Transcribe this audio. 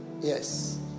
Yes